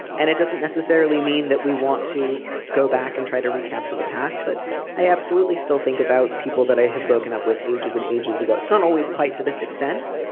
and it doesn't necessarily mean that we want to go back. and try to recapture the past. but i absolutely still think about people that i have broken up with ages and ages ago. it's not always quite to this extent,